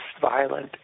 violent